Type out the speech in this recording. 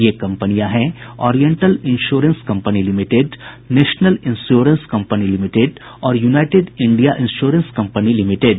ये कपंनियां हैं oriental insurance company limited national insurance company limited और united India insurance company limited